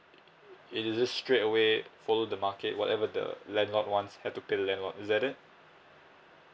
is this is straight away follow the market whatever the landlord wants have to pay the landlord is that it